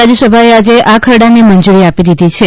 રાજ્યસભાએ આજે આ ખરડાને મંજૂરી આપી દીધી છે